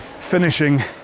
finishing